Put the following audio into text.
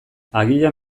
agian